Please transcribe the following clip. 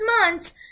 months